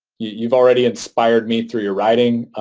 you've already inspired me through your writing.